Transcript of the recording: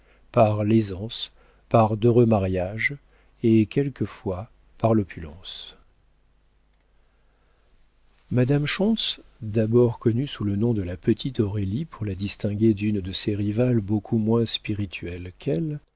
par l'aisance par d'heureux mariages et quelquefois par l'opulence madame schontz d'abord connue sous le nom de la petite aurélie pour la distinguer d'une des ses rivales beaucoup moins spirituelle qu'elle